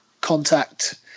contact